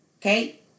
Okay